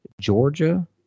Georgia